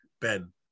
Ben